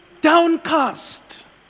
downcast